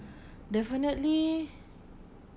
definitely